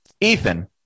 Ethan